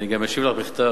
ואני גם אשיב לך בכתב.